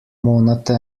monate